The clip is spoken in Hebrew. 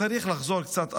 צריך לחזור קצת אחורה.